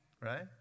right